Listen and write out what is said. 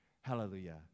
Hallelujah